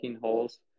holes